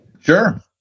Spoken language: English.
Sure